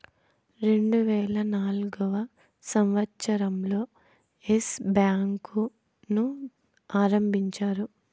రెండువేల నాల్గవ సంవచ్చరం లో ఎస్ బ్యాంకు ను ఆరంభించారు